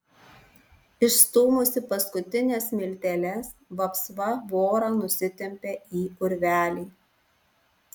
išstūmusi paskutines smilteles vapsva vorą nusitempią į urvelį